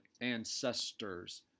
ancestors